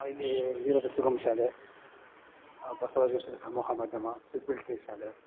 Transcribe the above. ಇಲ್ಲಿ ಹೀರದ ಸುಗಮ ಶಾಲೆ ಬಸವರಾಜೇಶ್ವರಿ ಸಮೂಹ ಮಾಧ್ಯಮ ಪಿಪಿಲ್ ಟ್ರೀ ಶಾಲೆ